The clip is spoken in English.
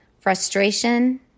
Frustration